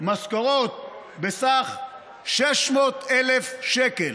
משכורות בסך 600,000 שקל,